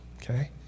okay